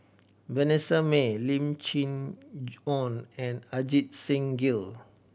Vanessa Mae Lim Chee Onn and Ajit Singh Gill